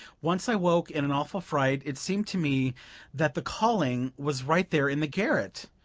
once i woke in an awful fright it seemed to me that the calling was right there in the garret!